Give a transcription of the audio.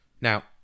Now